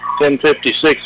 10.56